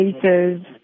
places